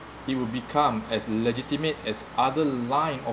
it will become as legitimate as other line of